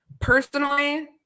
personally